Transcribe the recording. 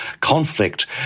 conflict